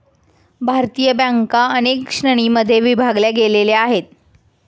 भारतीय बँका अनेक श्रेणींमध्ये विभागल्या गेलेल्या आहेत